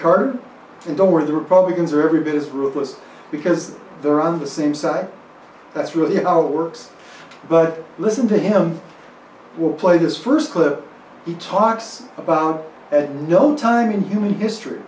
carter and don't worry the republicans are every bit as ruthless because they're on the same side that's really how it works but listen to him will play this first clip he talks about at no time in human history